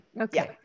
Okay